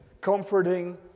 comforting